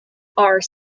are